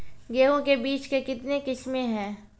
गेहूँ के बीज के कितने किसमें है?